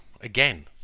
again